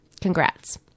congrats